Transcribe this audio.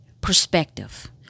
perspective